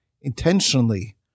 intentionally